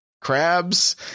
crabs